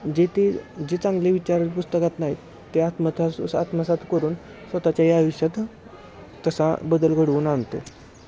जे ते जे चांगले विचार पुस्तकात नाहीत ते आत्मसात आत्मसात करून स्वतःच्या या आयुष्यात तसा बदल घडवून आणतोय